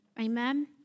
Amen